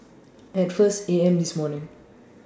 At First A M This morning